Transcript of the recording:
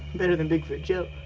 better than bigfoot joe.